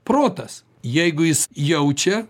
protas jeigu jis jaučia